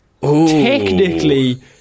technically